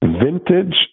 Vintage